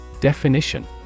Definition